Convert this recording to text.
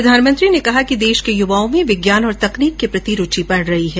प्रधानमंत्री ने कहा कि देश के युवाओं में विज्ञान और तकनीक के प्रति रूचि बढ़ रही है